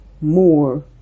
more